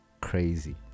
crazy